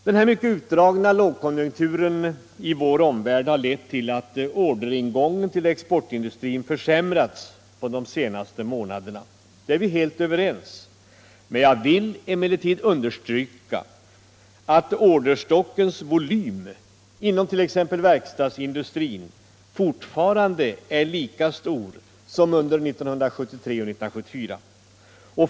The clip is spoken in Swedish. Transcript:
Den mycket utdragna lågkonjunkturen i vår omvärld har lett till att orderingången till exportindustrin de senaste månaderna försämrats — det är vi helt överens om. Jag vill emellertid understryka att orderstockens volym inom t.ex. verkstadsindustrin fortfarande är lika stor som under 1973 och 1974.